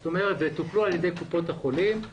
זאת אומרת, טופלו על ידי קופות החולים.